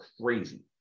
crazy